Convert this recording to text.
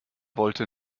wollte